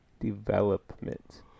development